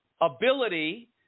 ability